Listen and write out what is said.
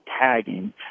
tagging